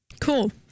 Cool